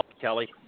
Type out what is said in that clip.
Kelly